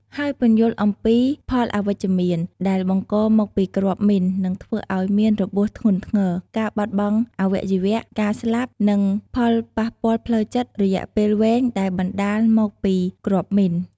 ហើយពន្យល់អំពីផលអវិជ្ជមាន ដែលបង្កមកពីគ្រាប់មីន និងធ្វើអោយមានរបួសធ្ងន់ធ្ងរ ការបាត់បង់អវយវៈ ការស្លាប់ និងផលប៉ះពាល់ផ្លូវចិត្តរយៈពេលវែងដែលបណ្ដាលមកពីគ្រាប់មីន។